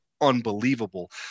unbelievable